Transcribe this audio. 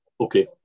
Okay